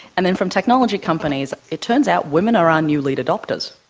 and then from technology companies, it turns out women are our new lead adopters.